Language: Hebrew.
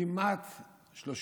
כמעט 30 שנה,